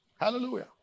Hallelujah